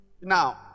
Now